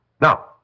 Now